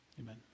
Amen